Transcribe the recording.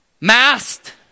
Masked